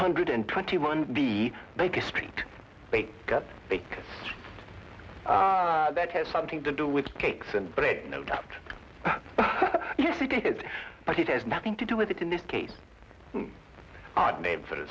hundred and twenty one b make a street bake bake that has something to do with cakes and bread no doubt yes it is but it has nothing to do with it in this case name for the